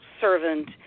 servant